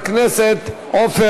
43 מתנגדים, 37 בעד.